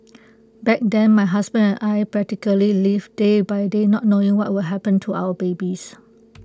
back then my husband and I practically lived day by day not knowing what will happen to our babies